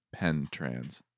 PenTrans